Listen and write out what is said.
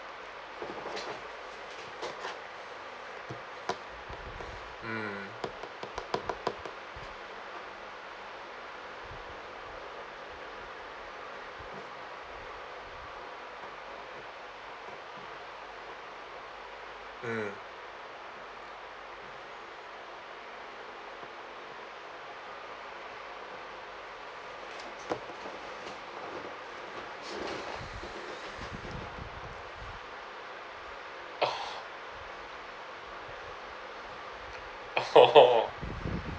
mm mm orh orh hor hor